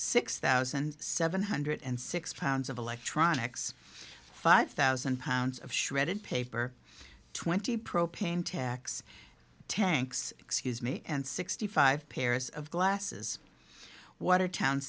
six thousand seven hundred and six pounds of electronics five thousand pounds of shredded paper twenty propane tax tanks excuse me and sixty five pairs of glasses watertown